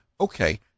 okay